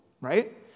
right